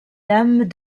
dame